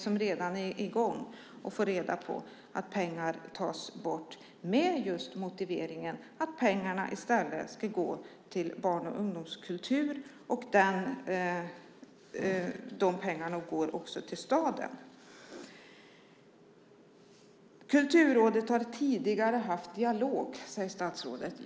som redan är i gång och får reda på att pengar tas bort med motiveringen att pengarna i stället ska gå till barn och ungdomskultur och till staden. Kulturrådet har tidigare haft en dialog, säger statsrådet.